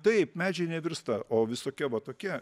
taip medžiai nevirsta o visokie va tokie